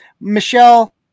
Michelle